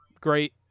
great